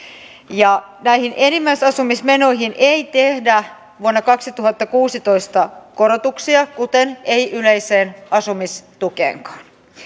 näihin enimmäisasumismenoihin ei tehdä vuonna kaksituhattakuusitoista korotuksia kuten ei yleiseen asumistukeenkaan